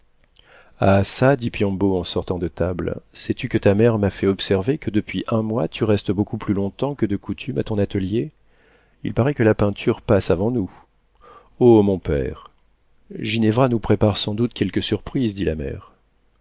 ah çà dit piombo en sortant de table sais-tu que ta mère m'a fait observer que depuis un mois tu restes beaucoup plus long-temps que de coutume à ton atelier il paraît que la peinture passe avant nous o mon père ginevra nous prépare sans doute quelque surprise dit la mère